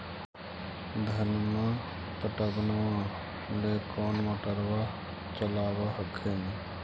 धनमा पटबनमा ले कौन मोटरबा चलाबा हखिन?